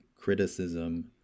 criticism